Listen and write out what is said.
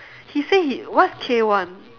he say he what's k-one